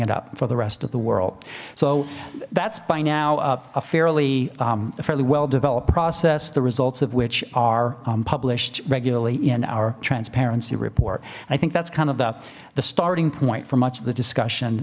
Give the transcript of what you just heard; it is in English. it up for the rest of the world so that's by now a fairly fairly well developed process the results of which are published regularly in our transparency report and i think that's kind of a starting point for much of the discussion